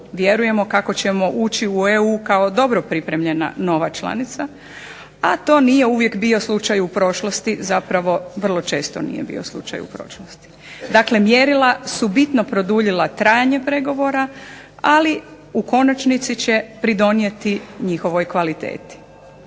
vjerujemo kako ćemo ući u EU kao dobro pripremljena nova članica, a to nije uvijek bio slučaj u prošlosti, zapravo vrlo često nije bio slučaj u prošlosti. Dakle, mjerila su bitno produljila trajanje pregovora. Ali u konačnici će pridonijeti njihovoj kvaliteti.